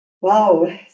Wow